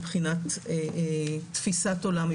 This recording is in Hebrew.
מבחינת תפיסת עולם,